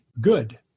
good